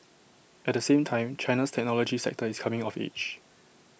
at the same time China's technology sector is coming of age